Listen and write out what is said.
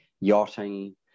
yachting